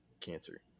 cancer